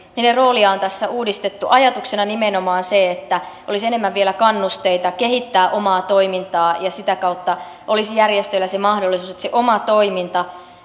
niiden roolia on tässä uudistettu ajatuksena nimenomaan se että olisi enemmän vielä kannusteita kehittää omaa toimintaa ja sitä kautta olisi järjestöillä se mahdollisuus että se oma toiminta